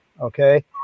okay